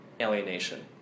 alienation